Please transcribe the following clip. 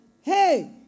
Hey